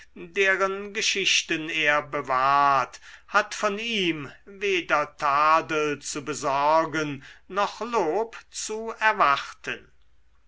deren geschichten er bewahrt hat von ihm weder tadel zu besorgen noch lob zu erwarten